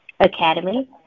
academy